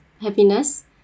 happiness